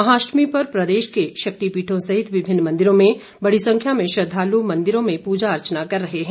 महाअष्टमी पर प्रदेश के शक्तिपीठों सहित विभिन्न मंदिरों में बड़ी संख्या में श्रद्धालू मन्दिरों में पूजा अर्चना कर रहे हैं